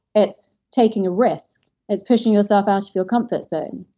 it's taking a risk. it's pushing yourself out of your comfort zone.